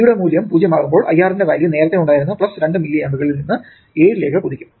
t യുടെ മൂല്യം 0 ആകുമ്പോൾ IR ന്റെ വാല്യൂ നേരത്തെ ഉണ്ടായിരുന്ന 2 മില്ലിയാംപുകളിൽ 2mA നിന്ന് 7 ലേക്ക് കുതിക്കും